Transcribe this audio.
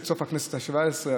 מסוף הכנסת השבע-עשרה,